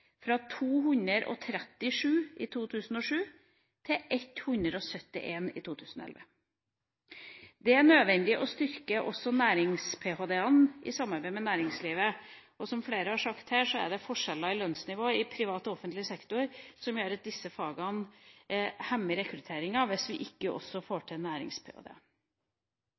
fra 237 i 2007 til 171 i 2011. Det er nødvendig å styrke også nærings-ph.d.-ene i samarbeid med næringslivet. Som flere har sagt her, er det forskjeller i lønnsnivå i privat og offentlig sektor som gjør at rekrutteringa til disse fagene hemmes, hvis vi ikke også får til